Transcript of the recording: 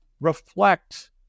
reflect